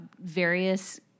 various